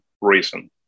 reason